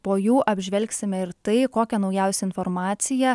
po jų apžvelgsime ir tai kokią naujausią informaciją